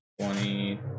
twenty